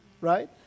Right